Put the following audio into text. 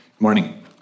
morning